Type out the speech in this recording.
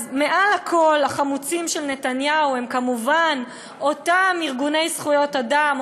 אז מעל הכול החמוצים של נתניהו הם כמובן אותם ארגוני זכויות אדם,